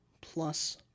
plus